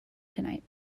tonight